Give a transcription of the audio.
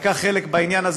לקח חלק בעניין הזה,